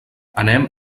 anem